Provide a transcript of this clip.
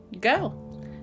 go